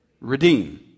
Redeem